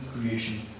creation